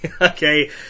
Okay